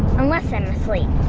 unless i'm asleep.